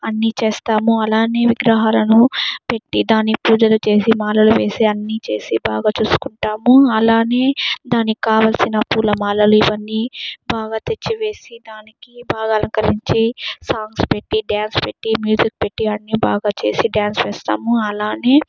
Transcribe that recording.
అన్నీ చేస్తాము అలానే విగ్రహాలను పెట్టి దానికి పూజలు చేసి మాలలు వేసి అన్నీ చేసి బాగా చూసుకుంటాము అలానే దానికి కావాల్సిన మాలలు ఇవన్నీ బాగా తెచ్చి వేసి దానికి బాగా అలంకరించి సాంగ్స్ పెట్టి డ్యాన్స్ పెట్టి మ్యూజిక్ పెట్టి అన్నీ బాగా చేసి డ్యాన్స్ వేస్తాము అలానే